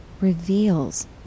reveals